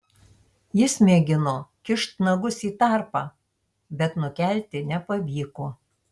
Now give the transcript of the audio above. jis mėgino kišt nagus į tarpą bet nukelti nepavyko